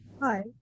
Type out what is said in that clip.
Hi